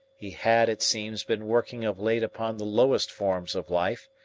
he had, it seems, been working of late upon the lowest forms of life,